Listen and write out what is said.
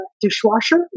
dishwasher